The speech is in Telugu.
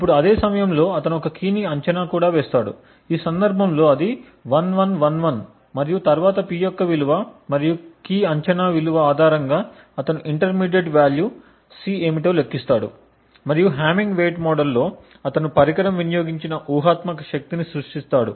ఇప్పుడు అదే సమయంలో అతను ఒక కీ ని అంచనా కూడా వేస్తాడు ఈ సందర్భంలో అది 1111 మరియు తరువాత P యొక్క విలువ మరియు కీ అంచనా ఆధారంగా అతను ఇంటర్మీడియట్ వాల్యూ C ఏమిటో లెక్కిస్తాడు మరియు హామింగ్ వెయిట్ మోడల్ లో అతను పరికరం వినియోగించిన ఊహాత్మక శక్తిని సృష్టిస్తాడు